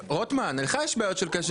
רוטמן, לך יש בעיות של קשב.